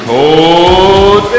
Cold